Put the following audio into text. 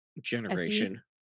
generation